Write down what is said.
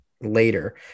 later